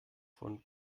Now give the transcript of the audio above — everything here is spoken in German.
von